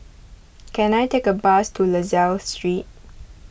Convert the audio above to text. can I take a bus to La Salle Street